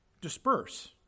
disperse